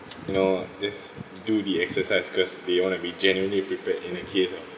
you know just do the exercise because they want to be genuinely prepared in the case of